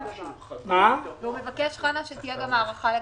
והוא מבקש שההארכה תהיה גם לגביו.